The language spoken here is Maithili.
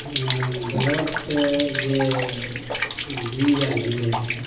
जेना ब्लॉक से जे बीज आओर मिलै हइ